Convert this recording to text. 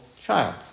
child